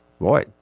Boy